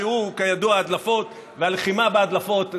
שכידוע הדלפות והלחימה בהדלפות,